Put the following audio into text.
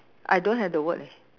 I don't have the word leh